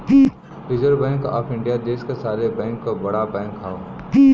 reserve bank of India देश क सारे बैंक क बड़ा बैंक हौ